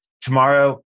Tomorrow